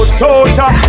soldier